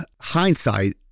hindsight